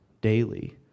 daily